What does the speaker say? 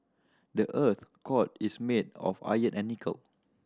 the earth's core is made of iron and nickel